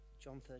John